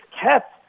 kept